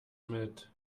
mit